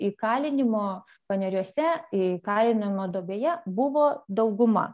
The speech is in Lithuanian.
įkalinimo paneriuose įkalinimo duobėje buvo dauguma